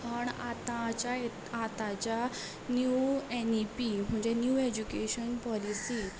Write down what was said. पण आतांच्या आतांच्या नीव एन ई पी म्हणजे न्यूव एज्युकेशन पॉलिसी